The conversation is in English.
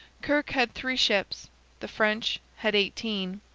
kirke had three ships the french had eighteen.